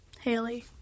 Haley